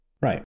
Right